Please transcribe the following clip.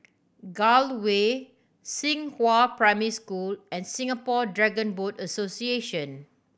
Gul Way Xinghua Primary School and Singapore Dragon Boat Association